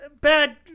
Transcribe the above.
bad